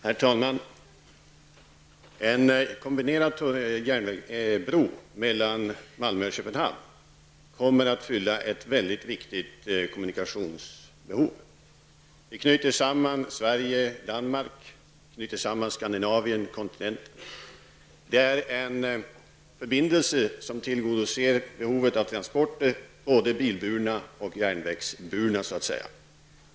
Herr talman! En kombinerad bro mellan Malmö och Köpenhamn kommer att fylla ett mycket viktigt kommunikationsbehov. Vi knyter samman Sverige och Danmark -- knyter samman Skandinavien och kontinenten. Det är en förbindelse som tillgodoser behovet av transporter, både bilburna och järnvägsburna.